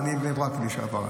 אני מבני ברק לשעבר,